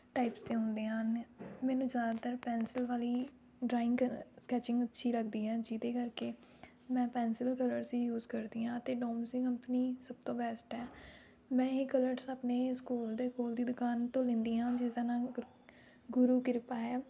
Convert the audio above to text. types ਦੇ ਹੁੰਦੇ ਹਨ ਮੈਨੂੰ ਜ਼ਿਆਦਾਤਰ ਪੈਨਸਿਲ ਵਾਲੀ ਡਰਾਇੰਗ ਕਰ ਸਕੈਚਿੰਗ ਅੱਛੀ ਲੱਗਦੀ ਹੈ ਜਿਹਦੇ ਕਰਕੇ ਮੈਂ ਪੈਨਸਿਲ ਕਲਰਜ਼ ਯੂਜ਼ ਕਰਦੀ ਹਾਂ ਅਤੇ ਡੋਮਸ ਕੰਪਨੀ ਸਭ ਤੋਂ ਬੈਸਟ ਹੈ ਮੈਂ ਇਹ ਕਲਰਜ਼ ਆਪਣੇ ਸਕੂਲ ਦੇ ਕੋਲ ਦੀ ਦੁਕਾਨ ਤੋਂ ਲੈਂਦੀ ਹਾਂ ਜਿਸਦਾ ਨਾਮ ਗੁਰ ਗੁਰੂ ਕਿਰਪਾ ਹੈ